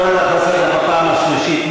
אני קורא אותך לסדר בפעם השלישית.